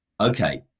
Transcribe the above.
okay